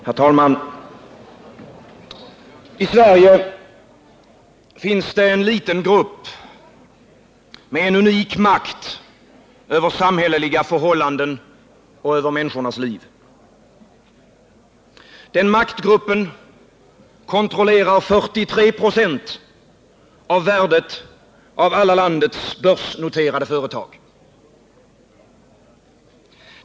Herr talman! I Sverige finns en liten grupp med en unik makt över samhälleliga förhållanden och människors liv. Den maktgruppen kontrollerar 43 96 av värdet av alla landets börsnoterade företag.